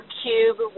cube